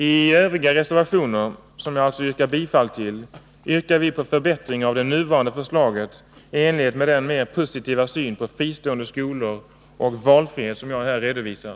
I övriga reservationer, som jag alltså yrkar bifall till, hemställer vi om förbättringar av det nuvarande förslaget i enlighet med den mer positiva syn på fristående skolor och valfrihet som jag här har redovisat.